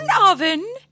oven